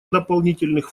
дополнительных